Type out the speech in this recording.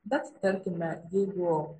bet tarkime jeigu